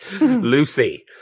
Lucy